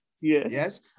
Yes